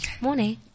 Morning